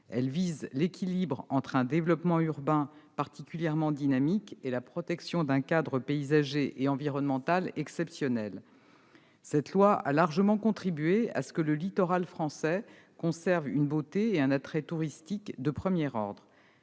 Elle vise l'équilibre entre un développement urbain particulièrement dynamique et la protection d'un cadre paysager et environnemental exceptionnel. Cette loi a largement contribué à ce que le littoral français conserve une beauté et un attrait touristique de premier ordre.